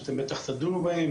שאתם בטח תדונו בהם,